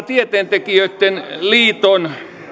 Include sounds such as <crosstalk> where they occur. <unintelligible> tieteentekijöiden liiton